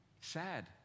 sad